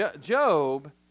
Job